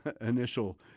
initial